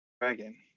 dragon